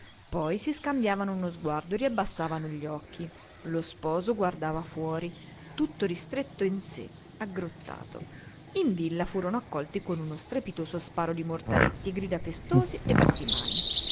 poi si scambiavano uno sguardo e riabbassavano gli occhi lo sposo guardava fuori tutto ristretto in sé aggrottato in villa furono accolti con uno strepitoso sparo di mortaretti e grida festose e battimani